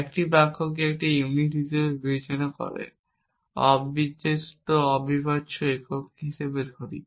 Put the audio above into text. একটি বাক্যকে একটি ইউনিট হিসাবে বিবেচনা করে অবিচ্ছেদ্য অবিভাজ্য একক হিসেবে ধরি